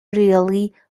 really